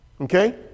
Okay